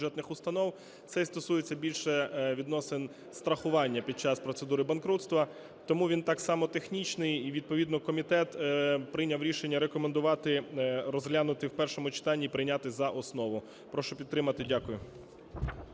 цей стосується більше відносин страхування під час процедури банкрутства, тому він так само технічний. І відповідно комітет прийняв рішення рекомендувати розглянути в першому читанні і прийняти за основу. Прошу підтримати. Дякую.